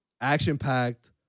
Action-packed